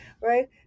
right